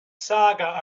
saga